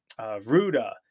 Ruda